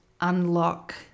unlock